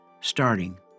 starting